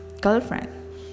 girlfriend